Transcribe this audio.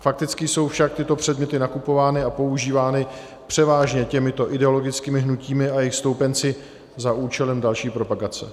Fakticky jsou však tyto předměty nakupovány a používány převážně těmito ideologickými hnutími a jejich stoupenci za účelem další propagace.